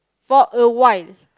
for a while